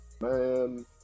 Man